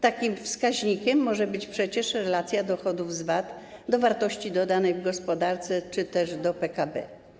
Takim wskaźnikiem może być przecież relacja dochodów z VAT do wartości dodanych w gospodarce czy też do PKB.